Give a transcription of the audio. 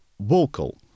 vocal